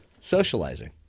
socializing